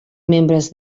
membres